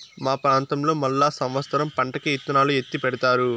మా ప్రాంతంలో మళ్ళా సమత్సరం పంటకి ఇత్తనాలు ఎత్తిపెడతారు